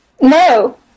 No